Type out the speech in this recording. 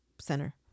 center